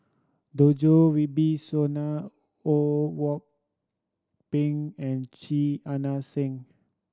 Djoko Wibisono Ho Kwon Ping and Chia Ann Siang